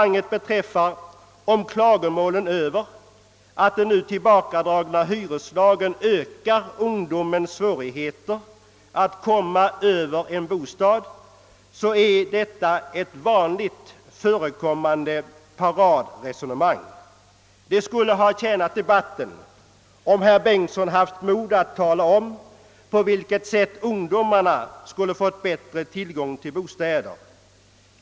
Herr Bengtson i Solna sade vidare att den nu tillbakadragna hyreslagen ökar ungdomens svårigheter att komma Över en bostad. Detta är ett vanligt förekommande paradresonemang. Debatten skulle ha tjänat på att herr Bengtson haft mod att tala om på vilket sätt ungdomen skulle fått bättre tillgång på bostäder.